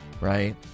right